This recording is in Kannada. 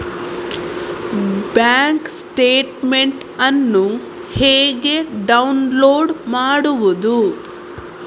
ಬ್ಯಾಂಕ್ ಸ್ಟೇಟ್ಮೆಂಟ್ ಅನ್ನು ಹೇಗೆ ಡೌನ್ಲೋಡ್ ಮಾಡುವುದು?